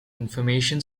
information